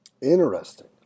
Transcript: Interesting